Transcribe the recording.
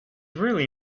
really